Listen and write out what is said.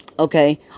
okay